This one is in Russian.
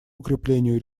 укреплению